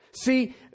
See